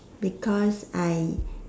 because I